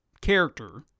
character